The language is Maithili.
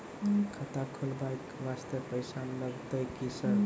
खाता खोलबाय वास्ते पैसो लगते की सर?